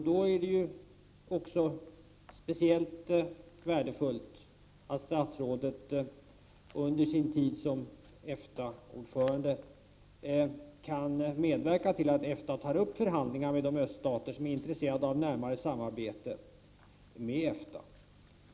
Då är det också särskilt värdefullt att statsrådet under sin tid som EF TA-ordförande kan medverka till att EFTA tar upp förhandlingar med de öststater som är intresserade av närmare samarbete med EFTA.